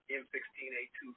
M16A2